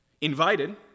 Invited